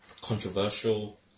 controversial